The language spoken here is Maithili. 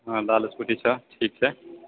हाँ लाल स्कुटी छऽ ठीक छै